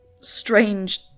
strange